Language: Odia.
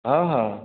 ହଁ ହଁ